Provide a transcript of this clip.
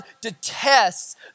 detests